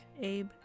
Abe